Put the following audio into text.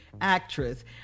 actress